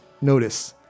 notice